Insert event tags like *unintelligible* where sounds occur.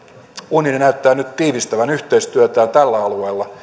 unioni näyttää nyt tiivistävän yhteistyötään tällä alueella *unintelligible*